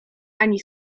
ani